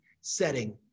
setting